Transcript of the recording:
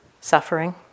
suffering